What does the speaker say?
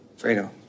Fredo